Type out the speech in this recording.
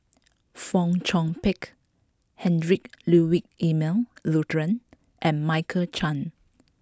Fong Chong Pik Heinrich Ludwig Emil Luering and Michael Chiang